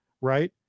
Right